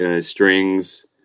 strings